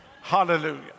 Hallelujah